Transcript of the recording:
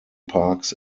parks